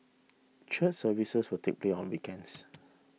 church services will take play on weekends